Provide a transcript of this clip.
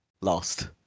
lost